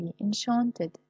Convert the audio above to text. enchanted